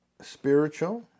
spiritual